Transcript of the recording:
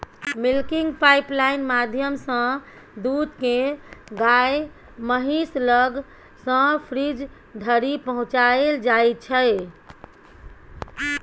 milking pipeline माध्यमसँ दुध केँ गाए महीस लग सँ फ्रीज धरि पहुँचाएल जाइ छै